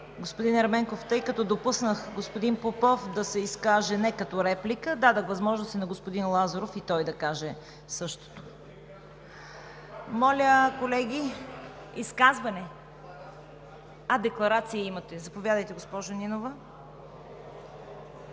Господин Ерменков, тъй като допуснах господин Попов да се изкаже не като реплика, дадох възможност на господин Лазаров и той да каже същото. Моля, колеги! Изказване? А, декларация имате. Заповядайте, госпожо Нинова.